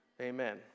Amen